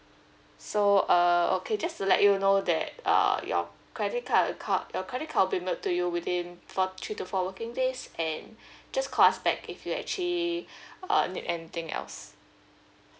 so uh okay just to let you know that uh your credit card uh card your credit card will be mailed to you within four three to four working days and just call us back if you actually uh need anything else